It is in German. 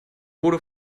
bodo